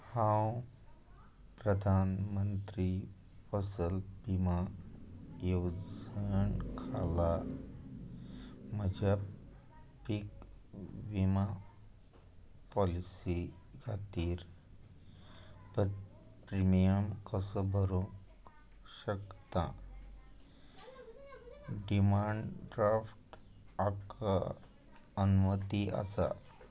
हांव प्रधान मंत्री फसल बिमा येवजण खाला म्हज्या पीक विमा पॉलिसी खातीर प्रिमियम कसो भरूंक शकता डिमांड्राफ्ट हाका अनुमती आसा